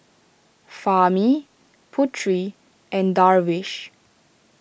Fahmi Putri and Darwish